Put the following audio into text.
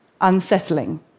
unsettling